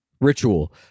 ritual